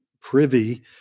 privy